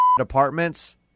apartments